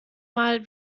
mal